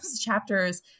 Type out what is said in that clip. chapters